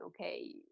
okay